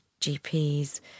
GPs